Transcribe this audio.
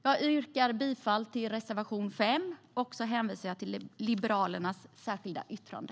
Jag yrkar bifall till reservation 5 och hänvisar till Liberalernas särskilda yttrande.